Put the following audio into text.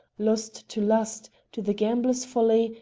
lost to lust, to the gambler's folly,